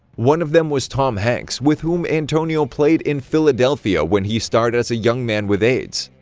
one of them was tom hanks, with whom antonio played in philadelphia, when he starred as a young man with aids.